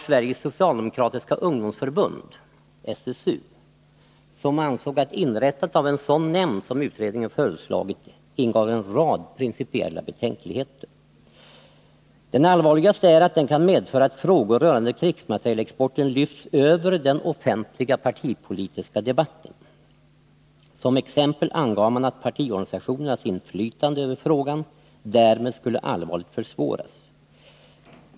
Sveriges socialdemokratiska ungdomsförbund, SSU, ansåg att inrättandet av en nämnd av det slag som utredningen föreslagit ingav en rad principiella betänkligheter. Det allvarligaste var, menade man, att det skulle kunna medverka till att frågor rörande krigsmaterielexporten lyfts över den offentliga partipolitiska debatten. Som exempel angav man att partiorganisationernas inflytande över frågan därmed skulle allvarligt försvåras.